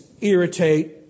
irritate